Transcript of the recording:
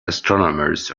astronomers